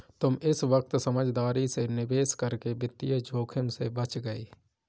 तुम इस वक्त समझदारी से निवेश करके वित्तीय जोखिम से बच गए